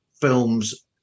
films